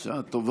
(חותמת על ההצהרה) בשעה טובה.